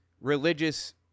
religious